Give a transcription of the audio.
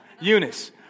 Eunice